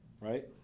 right